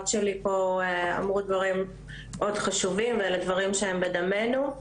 שלי פה אמרו דברים מאוד חשובים ואלה דברים שהם בדמינו.